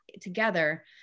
together